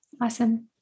Awesome